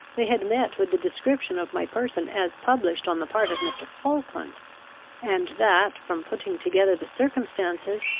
they had met with the description of my person as published on the part of mr. falkland and that, from putting together the circumstances,